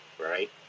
right